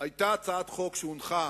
היתה הצעת חוק שהונחה